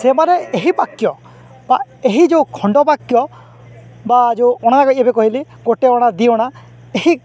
ସେମାନେ ଏହି ବାକ୍ୟ ବା ଏହି ଯୋଉ ଖଣ୍ଡ ବାକ୍ୟ ବା ଯୋଉ ଅଣା ଏବେ କହିଲି ଗୋଟେ ଅଣା ଦୁଇ ଅଣା ଏହି